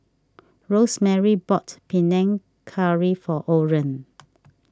Rosemarie bought Panang Curry for Oren